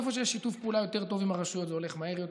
איפה שיש שיתוף פעולה יותר טוב עם הרשויות זה הולך מהר יותר.